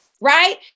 right